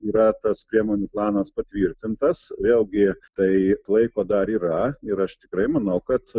yra tas priemonių planas patvirtintas vėlgi tai laiko dar yra ir aš tikrai manau kad